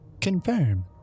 Confirm